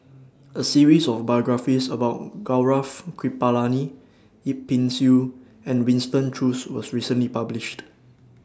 A series of biographies about Gaurav Kripalani Yip Pin Xiu and Winston Choos was recently published